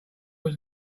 what